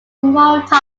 multi